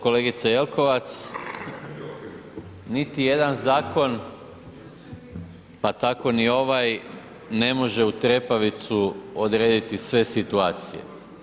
Kolegice Jelkovac, niti jedan zakon pa tako ni ovaj ne može u trepavicu odrediti sve situacije.